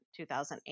2008